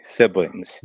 siblings